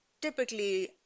typically